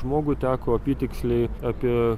žmogui teko apytiksliai apie